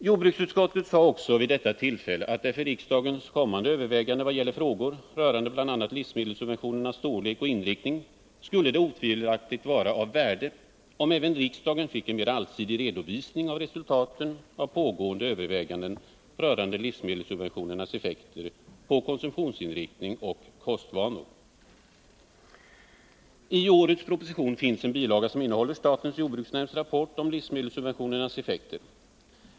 Jordbruksutskottet sade också vid detta tillfälle att det för riksdagens kommande överväganden i vad gäller frågor rörande bl.a. livsmedelssubventionernas storlek och inriktning otvivelaktigt skulle vara av värde om även riksdagen fick en mera allsidig redovisning av resultaten av pågående överväganden rörande livsmedelssubventionernas effekter på konsumtionsinriktning och kostvanor. Tårets proposition finns en bilaga som innehåller statens jordbruksnämnds rapport om livsmedelssubventionernas effekter.